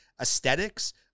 aesthetics